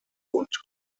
und